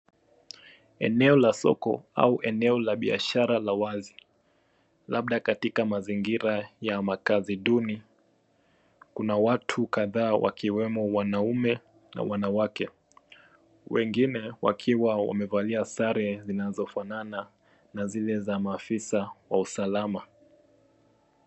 Eneo la soko au eneo la biashara la wazi, labda katika mazingira ya makazi duni. Kuna watu kadhaa wakiwemo wanaume na wanawake, wengine wakiwa wamevalia sare zinazofanana na zile za maafisa wa usalama.